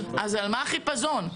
אז על מה החיפזון?